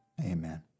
Amen